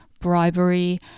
bribery